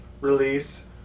release